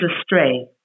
astray